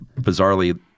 bizarrely